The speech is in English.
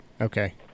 Okay